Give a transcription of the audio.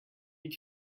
you